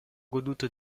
goduto